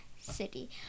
city